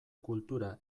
kultura